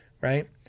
right